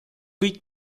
kõik